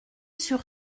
sur